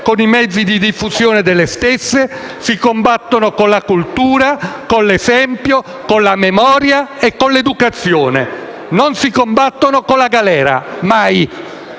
con i mezzi di diffusione delle stesse; si combattono con la cultura, con l'esempio, con la memoria e con l'educazione. Non si combattono con la galera, mai.